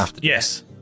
Yes